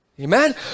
Amen